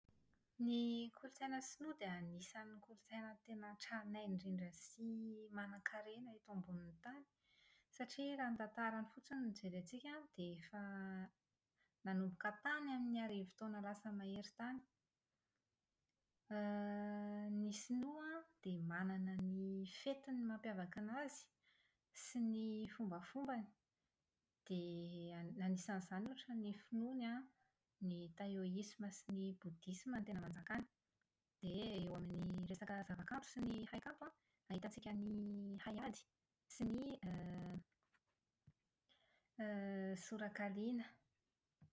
Ny kolotsaina sinoa dia anisan'ny kolotsaina tena tranainy indrindra sy manan-karena eto ambonin'ny tany, satria raha ny tantarany fotsiny no jerentsika an, dia efa nanomboka tany amin'ny arivo taona lasa mahery tany. Ny sinoa dia manana ny fetiny mampiavaka anazy sy ny fombafombany. Dia anisan'izany ohatra ny finoany an, ny taoisma sy ny bodisma no tena manjaka any. Dia eo amin'ny resaka zava-kanto sy ny haikanto, ahitantsika ny haiady sy ny sorakaliana.